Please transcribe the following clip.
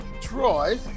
Troy